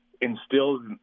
instilled